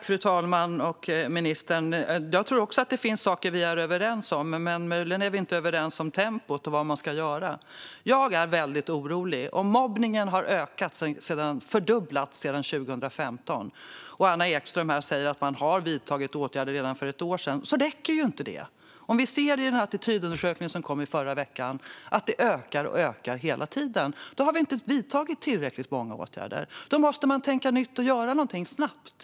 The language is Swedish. Fru talman! Ministern! Jag tror också att det finns saker vi är överens om. Möjligen är vi inte överens om tempot och vad man ska göra. Jag är väldigt orolig. Mobbningen har ökat och fördubblats sedan 2015. Anna Ekström säger att man redan för ett år sedan vidtog åtgärder, men det räcker inte. I den attitydundersökning som kom förra veckan kan vi se att detta hela tiden ökar. Då har vi inte vidtagit tillräckliga åtgärder. Därför måste man tänka nytt och göra något snabbt.